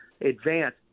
advance